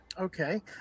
Okay